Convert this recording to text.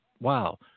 wow